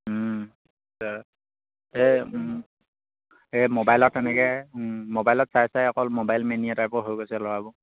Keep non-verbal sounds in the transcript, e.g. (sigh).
(unintelligible) ম'বাইলত তেনেকে মোবাইলত চাই চাই অকল মোবাইল মেনীয়া টাইপৰ হৈ গৈছে ল'ৰাবোৰ